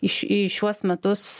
iš į šiuos metus